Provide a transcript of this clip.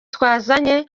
twazanye